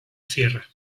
sierra